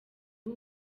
ubu